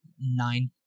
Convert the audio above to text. nine